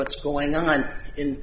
what's going on in